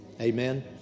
Amen